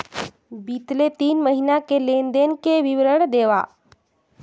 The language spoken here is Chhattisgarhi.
बितले तीन महीना के लेन देन के विवरण देवा?